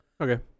okay